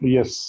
Yes